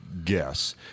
guess